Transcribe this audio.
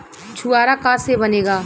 छुआरा का से बनेगा?